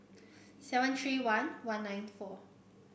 seven three one one nine four